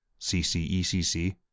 CCECC